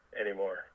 anymore